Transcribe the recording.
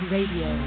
Radio